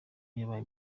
yabaye